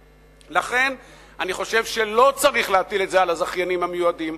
לכן אני חושב שלא צריך להטיל את זה על הזכיינים המיועדים,